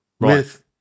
Right